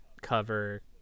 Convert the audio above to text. cover